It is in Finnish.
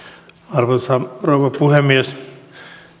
arvoisa rouva puhemies